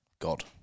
god